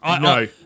No